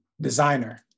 Designer